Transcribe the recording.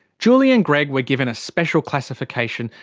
julie and greg were given a special classification.